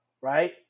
right